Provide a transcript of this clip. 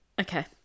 Okay